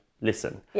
listen